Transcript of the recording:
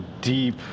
deep